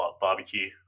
barbecue